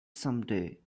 someday